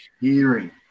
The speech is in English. hearing